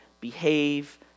behave